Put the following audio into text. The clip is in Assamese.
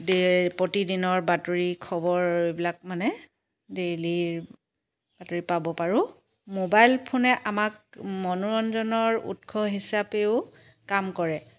প্ৰতিদিনৰ বাতৰি খবৰ এইবিলাক মানে ডেইলি বাতৰি পাব পাৰো মোবাইল ফোনে আমাক মনোৰঞ্জৰ উৎস হিচাপেও কাম কৰে